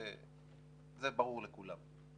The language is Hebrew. זה ברור לכולם.